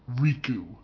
Riku